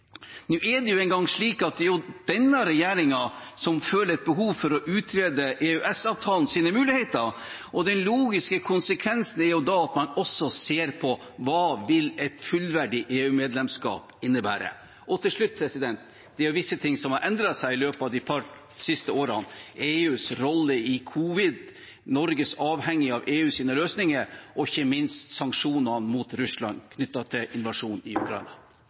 Nå er det en gang slik at det er denne regjeringen som føler et behov for å utrede EØS-avtalens muligheter. Den logiske konsekvensen er da at man også ser på hva et fullverdig EU-medlemskap vil innebære. Til slutt: Det er visse ting som har endret seg i løpet av de siste årene – EUs rolle under covid-19, Norges avhengighet av EUs løsninger og ikke minst sanksjonene mot Russland knyttet til invasjonen i Ukraina.